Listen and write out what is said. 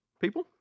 People